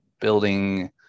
building